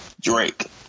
Drake